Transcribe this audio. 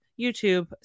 YouTube